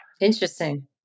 Interesting